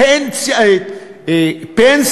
קופות גמל.